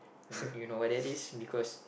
you you know what that is because